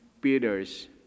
Peter's